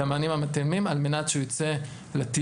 המענים המתאימים על מנת שהוא יצא לטיול,